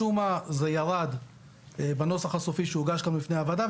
משום מה זה ירד בנוסח הסופי שהוגש כאן בפני הוועדה.